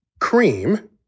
cream